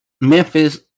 Memphis